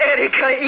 Erica